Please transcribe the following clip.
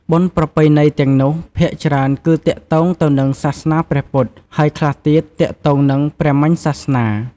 បុណ្យប្រពៃណីទាំងនោះ ភាគច្រើនគឺទាក់ទងទៅនឹងសាសនាព្រះពុទ្ធហើយខ្លះទៀតទាក់ទងនិងព្រាហ្មណ៍សាសនា ។